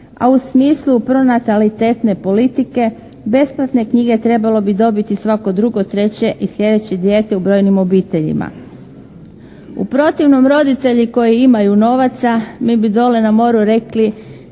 A u smislu pronatalitetne politike besplatne knjige trebalo bi dobiti svako 2., 3. i sljedeće dijete u brojnim obiteljima. U protivnom roditelji koji imaju novaca, mi bi dole na moru rekli